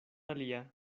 alia